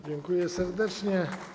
Dziękuję serdecznie.